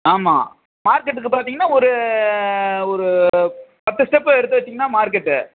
ஆமாம் மார்க்கெட்டுக்கு பார்த்தீங்கன்னா ஒரு ஒரு பத்து ஸ்டெப்பு எடுத்து வச்சிங்கன்னா மார்க்கெட்டு